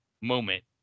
moment